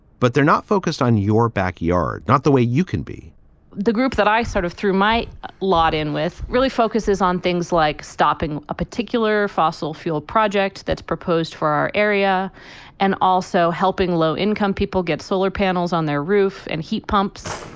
but they're not focused on your backyard, not the way you can be the groups that i sort of threw my lot in with really focuses on things like stopping a particular fossil fuel project that's proposed for our area and also helping low income people get solar panels on their roof and heat pumps.